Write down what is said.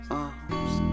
arms